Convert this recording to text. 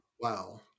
wow